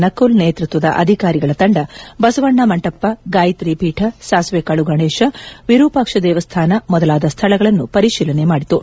ನಕುಲ್ ನೇತೃತ್ವದ ಅಧಿಕಾರಿಗಳ ತಂಡ ಬಸವಣ್ಣ ಮಂಟಪ ಗಾಯಿತ್ರಿ ಪೀಠ ಸಾಸಿವೆಕಾಳು ಗಣೇಶ್ ವಿರೂಪಾಕ್ಷ ದೇವಸ್ಥಾನ ಮೊದಲಾದ ಸ್ಥಳಗಳನ್ನು ಪರಿಶೀಲನೆ ಮಾದಿತು